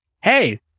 Hey